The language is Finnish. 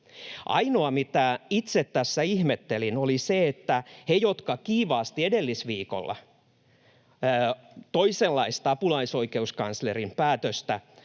Ainoa, mitä itse tässä ihmettelin, oli se, että he, jotka kiivaasti edellisviikolla toisenlaista apulaisoikeuskanslerin päätöstä